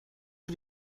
für